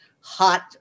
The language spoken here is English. hot